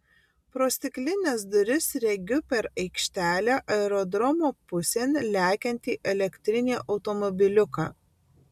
pro stiklines duris regiu per aikštelę aerodromo pusėn lekiantį elektrinį automobiliuką